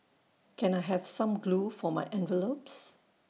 can I have some glue for my envelopes